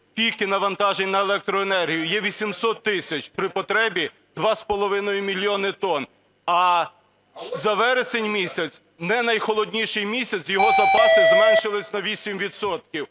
піки навантажень на електроенергію, є 800 тисяч при потребі два з половиною мільйона тонн. А за вересень місяць, не найхолодніший місяць, його запаси зменшились на 8